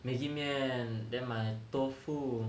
Maggi 面 then 买豆腐